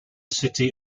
city